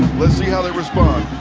let's see how they respond.